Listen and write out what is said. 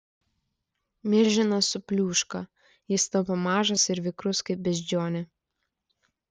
milžinas supliūška jis tampa mažas ir vikrus kaip beždžionė